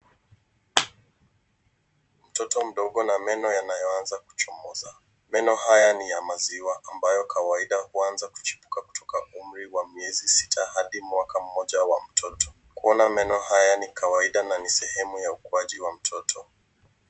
Mtoto mdogo na meno yanayoanza kuchomoza. Meno haya ni ya maziwa ambayo kawaida huanza kuchipuka kutoka umri wa miezi sita hadi mwaka mmoja wa mtoto. Kuona meno haya ni kawaida na ni sehemu ya ukuaji wa mtoto.